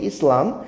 Islam